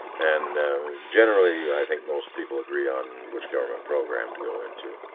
and generally i think most people agree on which government program to go into.